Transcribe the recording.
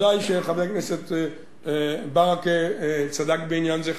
ודאי שחבר הכנסת ברכה צדק בעניין זה.